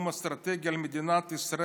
"זהו איום אסטרטגי על מדינת ישראל,